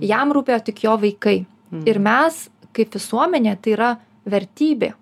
jam rūpėjo tik jo vaikai ir mes kaip visuomenė tai yra vertybė